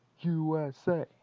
USA